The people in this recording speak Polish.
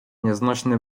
nieznośny